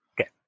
Okay